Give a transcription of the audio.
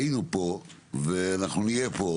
היינו פה ואנחנו נהיה פה,